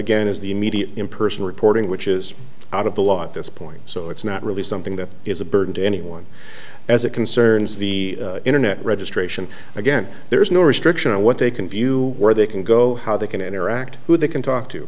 again is the media in person reporting which is out of the law at this point so it's not really something that is a burden to anyone as it concerns the internet registration again there's no restriction on what they can view where they can go how they can interact who they can talk to